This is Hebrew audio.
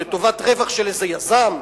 לטובת רווח של איזה יזם?